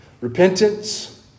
Repentance